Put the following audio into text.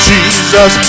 Jesus